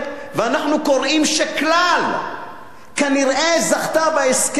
ואנחנו קוראים ש"כלל" כנראה זכתה בהסכם,